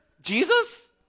Jesus